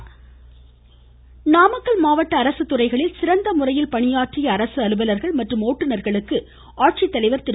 நாமக்கல் ஆட்சித்தலைவர் நாமக்கல் மாவட்ட அரசு துறைகளில் சிறந்த முறையில் பணியாற்றிய அரசு அலுவலர்கள் மற்றும் ஓட்டுநர்களுக்கு ஆட்சித்தலைவர் திரு